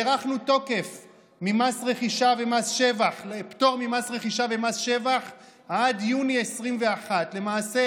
הארכנו תוקף לפטור ממס רכישה וממס שבח עד יוני 2021. למעשה,